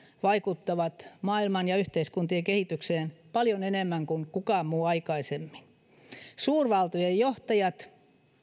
vaikuttavat maailman ja yhteiskuntien kehitykseen paljon enemmän kuin kukaan muu aikaisemmin suurvaltojen johtajat